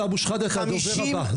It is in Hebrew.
חבר הכנסת אבו שחאדה, אתה הדובר הבא.